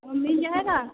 वह मिल जाएगा